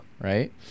Right